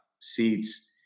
seeds